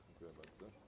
Dziękuję bardzo.